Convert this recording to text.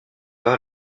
pas